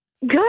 Good